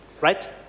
Right